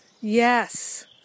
Yes